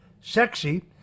sexy